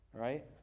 right